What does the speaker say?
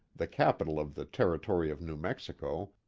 the capital of the territory of new mexico,